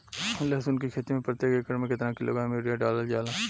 लहसुन के खेती में प्रतेक एकड़ में केतना किलोग्राम यूरिया डालल जाला?